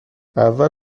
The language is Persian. اول